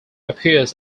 appears